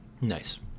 Nice